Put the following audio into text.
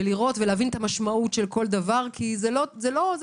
ולהבין את המשמעות של כל דבר כי זה לא חוק